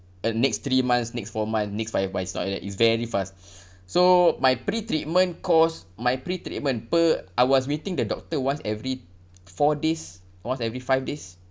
at next three months next four month next five month it's not like that is very fast so my pre-treatment cost my pre-treatment per I was meeting the doctor once every four days once every five days